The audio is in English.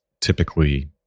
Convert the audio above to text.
typically